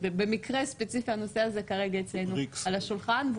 ובמקרה ספציפי הנושא הזה כרגע אצלנו על השולחן,